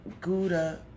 gouda